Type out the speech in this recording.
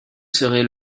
seraient